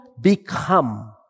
become